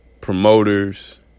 promoters